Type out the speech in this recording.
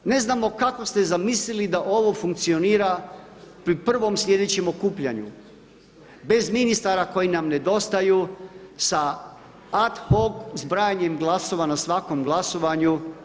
Ne znamo kako ste zamislili da ovo funkcionira pri prvom sljedećem okupljanju bez ministara koji nam nedostaju, sa ad hoc zbrajanjem glasova na svakom glasovanju.